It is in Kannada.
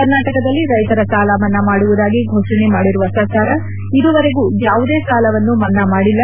ಕರ್ನಾಟಕದಲ್ಲಿ ರೈತರ ಸಾಲಮನ್ನಾ ಮಾಡುವುದಾಗಿ ಫೋಷಣೆ ಮಾಡಿರುವ ಸರ್ಕಾರ ಇದುವರೆಗೂ ಯಾವುದೇ ಸಾಲವನ್ನು ಮನ್ನಾ ಮಾಡಿಲ್ಲ